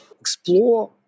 explore